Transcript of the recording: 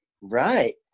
right